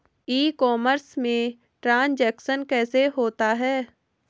ई commerce में transaction कैसे होता है?